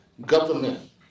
government